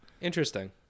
Interesting